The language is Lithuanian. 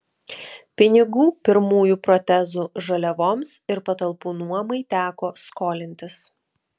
pinigų pirmųjų protezų žaliavoms ir patalpų nuomai teko skolintis